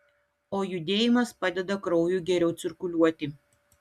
o judėjimas padeda kraujui geriau cirkuliuoti